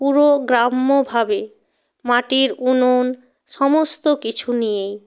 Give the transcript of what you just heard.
পুরো গ্রাম্যভাবে মাটির উনুন সমস্ত কিছু নিয়েই